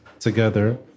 Together